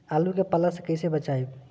आलु के पाला से कईसे बचाईब?